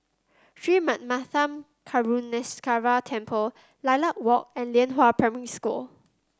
Sri Manmatha Karuneshvarar Temple Lilac Walk and Lianhua Primary School